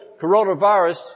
coronavirus